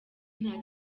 nta